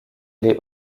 les